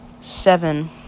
seven